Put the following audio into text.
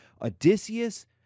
Odysseus